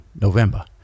November